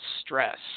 stress